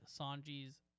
Sanji's